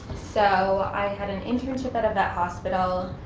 so i had an internship at a vet hospital.